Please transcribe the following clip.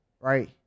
right